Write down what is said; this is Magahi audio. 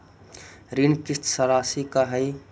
ऋण किस्त रासि का हई?